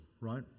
right